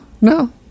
no